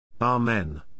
Amen